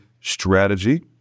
strategy